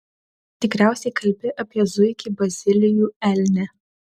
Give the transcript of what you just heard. tikriausiai kalbi apie zuikį bazilijų elnią